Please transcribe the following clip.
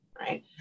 right